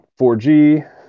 4g